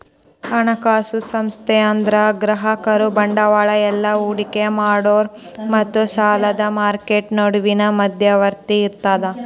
ಹಣಕಾಸು ಸಂಸ್ಥೆ ಅಂದ್ರ ಗ್ರಾಹಕರು ಬಂಡವಾಳ ಇಲ್ಲಾ ಹೂಡಿಕಿ ಮಾಡೋರ್ ಮತ್ತ ಸಾಲದ್ ಮಾರ್ಕೆಟ್ ನಡುವಿನ್ ಮಧ್ಯವರ್ತಿ ಇದ್ದಂಗ